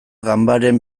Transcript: ganbaren